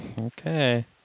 Okay